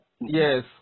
Yes